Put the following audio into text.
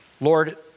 Lord